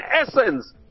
essence